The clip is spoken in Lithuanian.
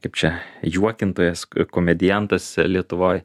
kaip čia juokintojas komediantas lietuvoj